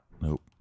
Nope